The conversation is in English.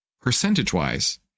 percentage-wise